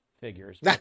figures